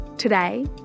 Today